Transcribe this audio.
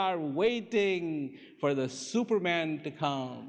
are waiting for the superman to cal